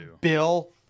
Bill